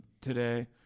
today